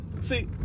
See